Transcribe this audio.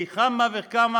פי כמה וכמה,